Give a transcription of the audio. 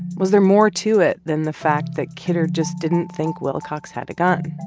was there more to it than the fact that kidder just didn't think wilcox had a gun?